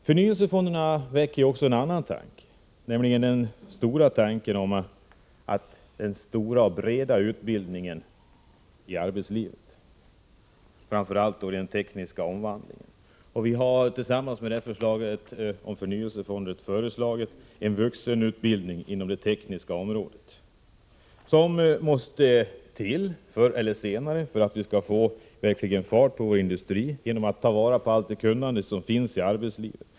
Förnyelsefonderna väcker också en annan tanke, nämligen tanken på en stor och bred utbildning i arbetslivet — framför allt då med avseende på den tekniska omvandlingen. Vi har därför i anslutning till förslaget om förnyelsefonder föreslagit en vuxenutbildning inom det tekniska området. En sådan måste förr eller senare till för att vi verkligen skall få fart på vår industri genom att ta vara på allt det kunnande som finns i arbetslivet.